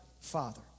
father